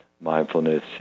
mindfulness